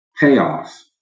payoff